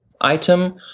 item